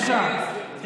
בבקשה,